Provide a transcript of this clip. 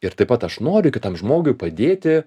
ir taip pat aš noriu kitam žmogui padėti